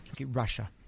Russia